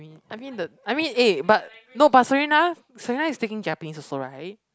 I mean I mean the I mean eh but no but Serena Serena is taking Japanese also right